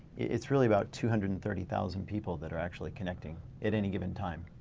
it's really about two hundred and thirty thousand people that are actually connecting at any given time.